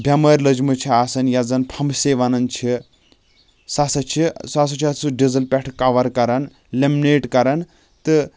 بٮ۪مٲرۍ لٔجہِ مٕژ چھِ آسان یَتھ زَن پھمبسے وَنان چھِ سُہ ہسا چھِ سُہ ہسا چھُ اَتھ سُہ ڈِزٕل پٮ۪ٹھٕ کَور کران لیمنیٹ کران تہٕ